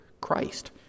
Christ